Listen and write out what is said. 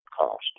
cost